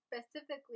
specifically